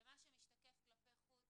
ומה שמשתקף כלפי חוץ,